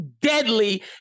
deadly